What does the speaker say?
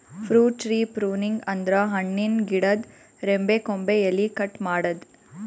fruit tree pruning ಅಂದ್ರ ಹಣ್ಣಿನ್ ಗಿಡದ್ ರೆಂಬೆ ಕೊಂಬೆ ಎಲಿ ಕಟ್ ಮಾಡದ್ದ್